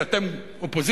כי אתם אופוזיציה,